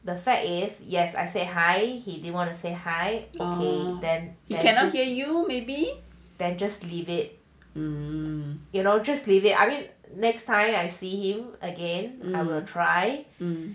the fact is yes I say hi he didn't want to say hi !hey! then you than just leave it um you know just leave it next time I see him again I will try